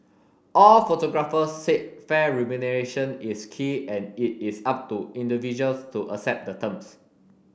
all photographers said fair remuneration is key and it is up to individuals to accept the terms